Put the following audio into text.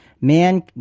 man